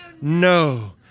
No